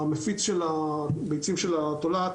המפיץ של ביצי התולעת